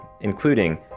including